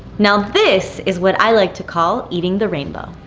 now this is what i like to call eating the rainbow.